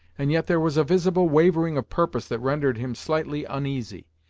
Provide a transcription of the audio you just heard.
and yet there was a visible wavering of purpose that rendered him slightly uneasy.